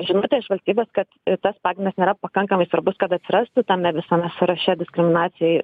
žinutė iš valstybės kad tas pagrindas nėra pakankamai svarbus kad atsirastų tame visame sąraše diskriminacijai